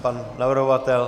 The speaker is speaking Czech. Pan navrhovatel?